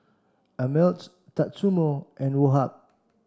Ameltz Tatsumoto and Woh Hup